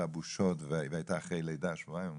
והבושות והיא הייתה שבועיים אחרי לידה שבועיים אמרתי.